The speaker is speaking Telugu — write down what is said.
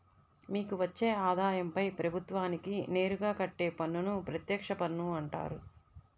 మీకు వచ్చే ఆదాయంపై ప్రభుత్వానికి నేరుగా కట్టే పన్నును ప్రత్యక్ష పన్ను అంటారు